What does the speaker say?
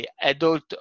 adult